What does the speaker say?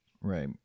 Right